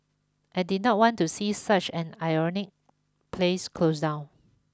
I did not want to see such an iconic place close down